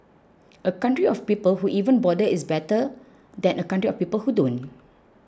a country of people who even bother is better than a country of people who don't